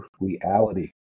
reality